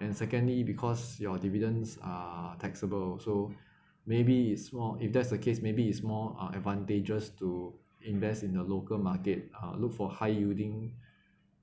and secondly because your dividends are taxable so maybe its more if that's the case maybe its more uh advantages to invest in the local market uh look for high yielding